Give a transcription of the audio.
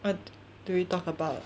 what do we talk about